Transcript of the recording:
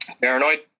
paranoid